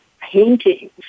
paintings